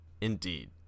Indeed